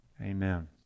Amen